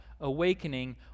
awakening